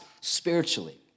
spiritually